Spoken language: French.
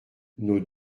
nos